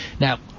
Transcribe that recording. Now